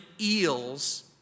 eels